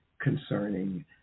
concerning